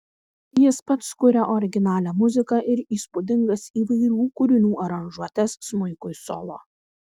jis pats kuria originalią muziką ir įspūdingas įvairių kūrinių aranžuotes smuikui solo